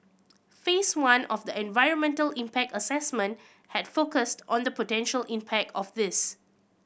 Phase One of the environmental impact assessment had focused on the potential impact of this